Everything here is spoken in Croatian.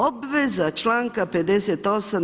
Obveza članka 58.